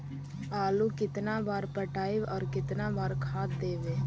आलू केतना बार पटइबै और केतना बार खाद देबै?